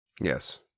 Yes